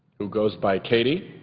who goes by katie,